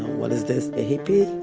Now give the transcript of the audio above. what is this, the hippie?